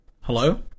Hello